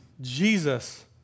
Jesus